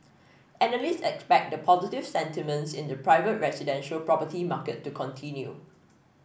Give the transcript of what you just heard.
analysts expect the positive sentiments in the private residential property market to continue